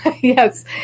Yes